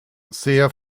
sehr